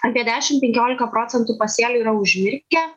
apie dešim penkiolika procentų pasėlių yra užmirkę